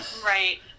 Right